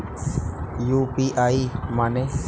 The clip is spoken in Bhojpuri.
यू.पी.आई माने?